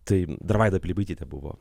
tai dar vaida pilibaitytė buvo